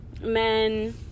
men